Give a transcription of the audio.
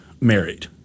married